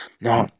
no